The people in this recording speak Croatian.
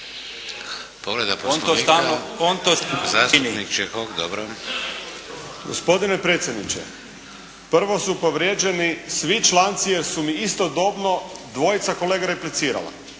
dobro. **Čehok, Ivan (HSLS)** Gospodine predsjedniče, prvo su povrijeđeni svi članci jer su mi istodobno dvojica kolega replicirala.